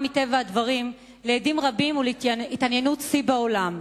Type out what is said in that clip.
מטבע הדברים להדים רבים ולהתעניינות שיא בעולם.